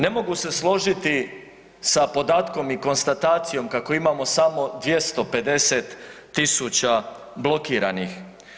Ne mogu se složiti sa podatkom i konstatacijom kako imamo samo 250.000 blokiranih.